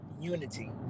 unity